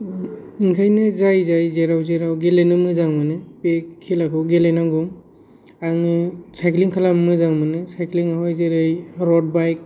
ओम ओंखायनो जाय जाय जेराव जेराव गेलेनो मोजां मोनो बे खेलाखौ गेलेनांगौ आङो सायक्लिं खालामनो मोजां मोनो सायक्लिंआवहय जेरै र'द बाइक